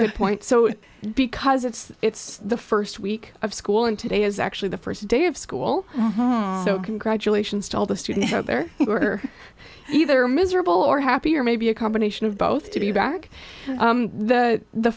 good point so because it's it's the first week of school and today is actually the first day of school so congratulations to all the students out there who are either miserable or happy or maybe a combination of both to be back the